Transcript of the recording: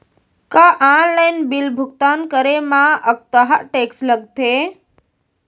का online bill भुगतान करे मा अक्तहा टेक्स लगथे?